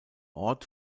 ort